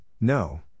no